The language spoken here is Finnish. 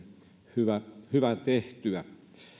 hyvä hyvä tehtyä